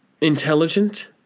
Intelligent